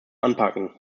anpacken